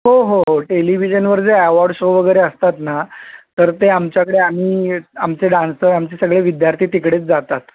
हो हो हो टेलिविजनवर जे अवॉर्ड शो वगैरे असतात ना तर ते आमच्याकडे आम्ही आमचे डान्सर्स आमचे सगळे विद्यार्थी तिकडेच जातात